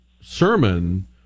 sermon